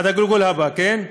עד הגלגול הבא, כן?